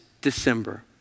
December